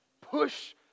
push